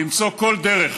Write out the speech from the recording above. למצוא כל דרך